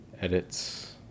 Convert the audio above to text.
edits